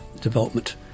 development